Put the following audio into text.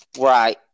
Right